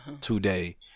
today